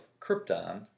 Krypton